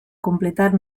completar